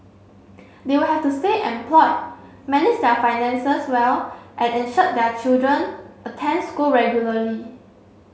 they will have to stay employed manage their finances well and ensure their children attend school regularly